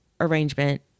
arrangement